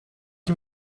can